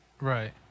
Right